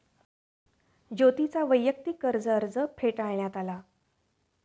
ज्योतीचा वैयक्तिक कर्ज अर्ज फेटाळण्यात आला